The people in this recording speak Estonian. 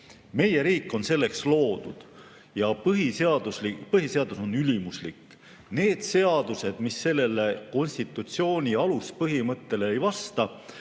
Meie riik on selleks loodud ja põhiseadus on ülimuslik. Need seadused, mis sellele konstitutsiooni aluspõhimõttele ei vasta,